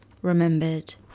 remembered